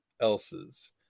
else's